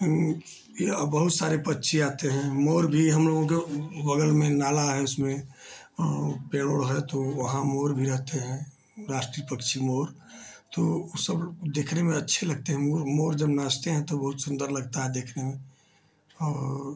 यहाँ बहुत सारे पक्षी आते हैं मोर भी हमलोगों के बगल में नाला है उसमें वहाँ पेड़ उड़ है तो वहाँ मोर भी रहते हैं राष्ट्रीय पक्षी मोर तो सब देखने में अच्छे लगते हैं मोर जब नाचते हैं तो बहुत सुन्दर लगता है देखने में